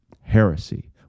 heresy